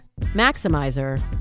maximizer